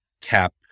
cap